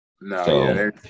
No